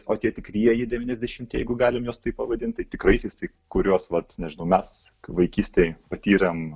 o tie tikrieji devyniasdešimtieji jeigu galim juos taip pavadint tai tikraisiais kuriuos vat nežinau mes vaikystėj patyrėm